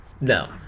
No